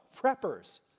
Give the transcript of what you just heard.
preppers